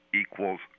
equals